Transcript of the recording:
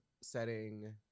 setting